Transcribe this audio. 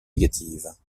négatives